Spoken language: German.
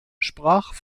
sprach